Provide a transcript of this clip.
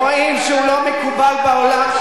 רואים שהוא לא מקובל בעולם,